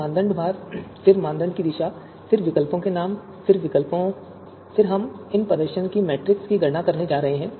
फिर मानदंड भार फिर मानदंड की दिशा फिर विकल्पों के नाम फिर हम इस प्रदर्शन मैट्रिक्स की गणना करने जा रहे हैं